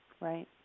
Right